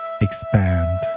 Expand